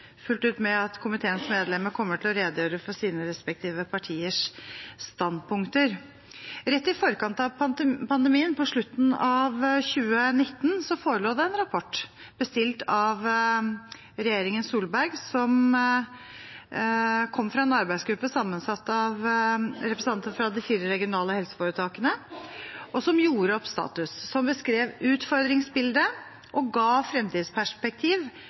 fullt ut med at komiteens medlemmer kommer til å redegjøre for sine respektive partiers standpunkter. Rett i forkant av pandemien, på slutten av 2019, forelå det en rapport, bestilt av regjeringen Solberg, som kom fra en arbeidsgruppe sammensatt av representanter fra de fire regionale helseforetakene, som gjorde opp status, beskrev utfordringsbildet og ga fremtidsperspektiv